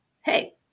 hey